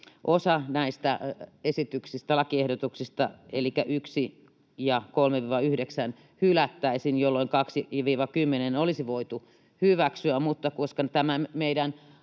osa näistä lakiehdotuksista elikkä 1 ja 3—9 hylättäisiin, jolloin 2—10 olisi voitu hyväksyä. Mutta koska tämä meidän